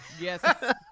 Yes